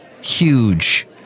Huge